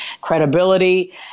credibility